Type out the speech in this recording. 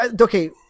Okay